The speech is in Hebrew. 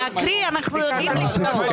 להקריא, אנחנו יודעים לקרוא.